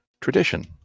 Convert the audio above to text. Tradition